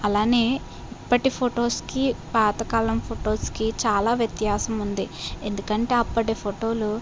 అలానే ఇప్పటి ఫొటోస్కి పాతకాలం ఫొటోస్కి చాలా వ్యత్యాసం ఉంది ఎందుకంటే అప్పటి ఫోటోలు